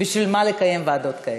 בשביל מה לקיים ועדות כאלה.